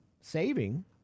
saving